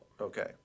Okay